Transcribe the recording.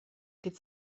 could